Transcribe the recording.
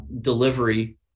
delivery